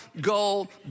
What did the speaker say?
goal